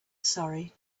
surrey